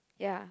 ya